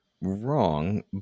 wrong